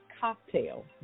Cocktail